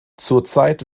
zurzeit